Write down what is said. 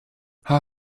how